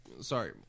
Sorry